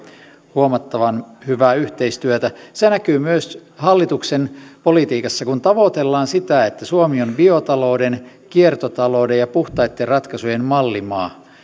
huomattavan hyvää yhteistyötä se näkyy myös hallituksen politiikassa kun tavoitellaan sitä että suomi on biotalouden kiertotalouden ja puhtaitten ratkaisujen mallimaa